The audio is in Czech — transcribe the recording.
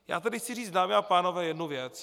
Já tady chci říct, dámy a pánové, jednu věc.